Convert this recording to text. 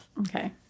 Okay